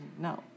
No